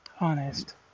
honest